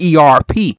ERP